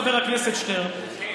חבר הכנסת שטרן,